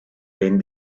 ben